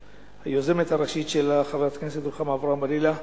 היוזמת הראשית שלו היא חברת הכנסת רוחמה אברהם-בלילא.